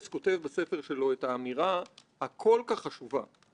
אנחנו רוצים לשמור על דמוקרטיה פוליטית אמיתית בחברה שלנו.